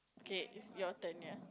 okay it's your turn ya